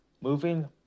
Moving